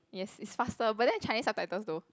yes it's faster but then is Chinese subtitles though